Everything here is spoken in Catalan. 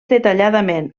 detalladament